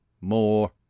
More